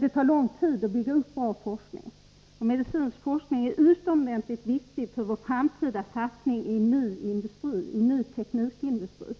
Det tar lång tid att bygga upp bra forskning. Medicinsk forskning är utomordentligt viktig för vår framtida satsning på ny teknik i industrin.